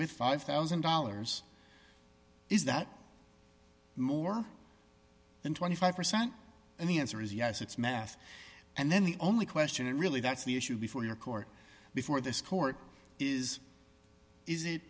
with five thousand dollars is that more than twenty five percent and the answer is yes it's math and then the only question and really that's the issue before your court before this court is is it